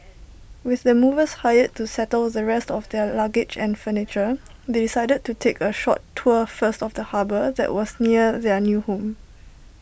with the movers hired to settle the rest of their luggage and furniture they decided to take A short tour first of the harbour that was near their new home